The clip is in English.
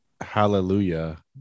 Hallelujah